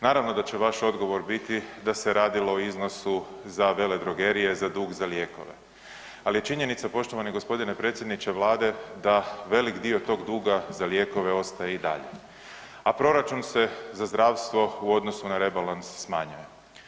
Naravno da će vaš odgovor biti da se radilo o iznosu za veledrogerije za dug za lijekove, ali činjenica je poštovani gospodine predsjedniče Vlade da velik dio tog duga za lijekove ostaje i dalje, a proračun se za zdravstvo u odnosu na rebalans smanjuje.